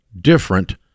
different